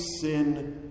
sin